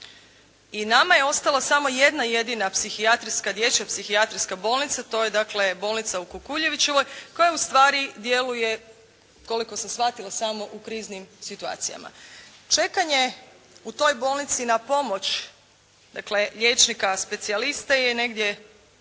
i nama je ostala samo jedna jedina psihijatrijska, dječja psihijatrijska bolnica. To je dakle bolnica u Kukuljevićevoj, koja ustvari djeluje koliko sam shvatila samo u kriznim situacijama. Čekanje u toj bolnici na pomoć dakle liječnika specijalista je negdje